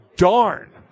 darn